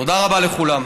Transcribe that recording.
תודה רבה לכולם.